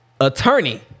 attorney